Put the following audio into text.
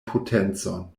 potencon